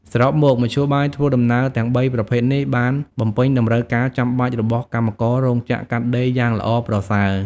សរុបមក មធ្យោបាយធ្វើដំណើរទាំងបីប្រភេទនេះបានបំពេញតម្រូវការចាំបាច់របស់កម្មកររោងចក្រកាត់ដេរយ៉ាងល្អប្រសើរ។